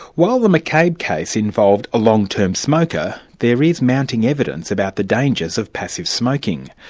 while the mccabe case involved a long-term smoker, there is mounting evidence about the dangers of passive smoking.